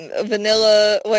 Vanilla